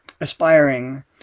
aspiring